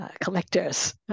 collectors